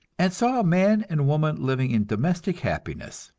and saw a man and woman living in domestic happiness.